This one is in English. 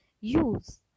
use